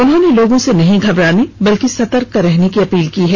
उन्होंने लोगों से नहीं घबराने नहीं बल्कि सतर्क रहने की अपील की है